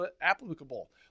applicable